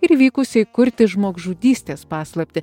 ir vykusiai kurti žmogžudystės paslaptį